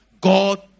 God